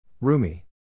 Rumi